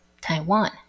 Taiwan